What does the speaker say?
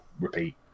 repeat